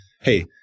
Hey